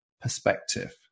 perspective